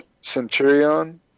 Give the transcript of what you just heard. Centurion